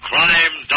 Crime